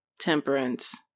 temperance